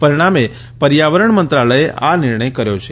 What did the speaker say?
પરીણામે પર્યાવરણ મંત્રાલથે આ નીર્ણથ કર્યો છે